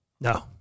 No